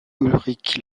ulrich